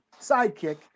sidekick